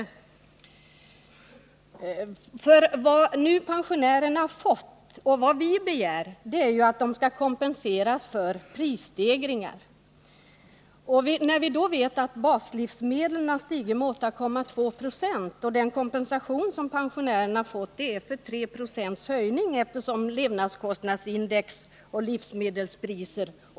Pensionärerna har nu nämligen drabbats av prisstegringar, och vad vi begär är att de skall kompenseras för dessa. Priserna på baslivsmedlen har stigit med 8,2 Zo medan pensionärerna endast fått kompensation för 3 26 höjning. Orsaken till detta är att levnadskostnadsindex inte enbart baserar sig på livsmedelspriser.